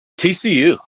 TCU